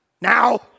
now